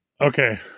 Okay